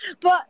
But-